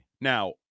Now